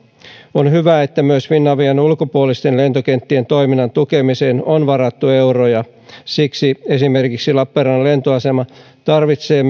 on hyvä että myös finavian ulkopuolisten lentokenttien toiminnan tukemiseen on varattu euroja siksi esimerkiksi lappeenrannan lentoasema tarvitsee